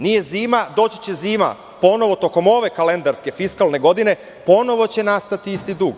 Nije zima, doći će zima ponovo tokom ove kalendarske, fiskalne godine, ponovo će nastati isti dug.